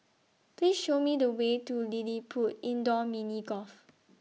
Please Show Me The Way to LilliPutt Indoor Mini Golf